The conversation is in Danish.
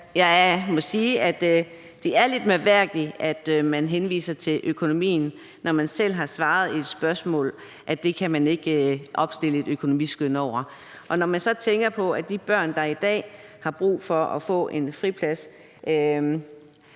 Jeg må sige, at det er lidt mærkværdigt, at man henviser til økonomien, når man selv på et spørgsmål har svaret, at det kan man ikke opstille et økonomisk skøn over. Og de børn, der er i dag har brug for at få en friplads,